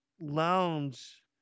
lounge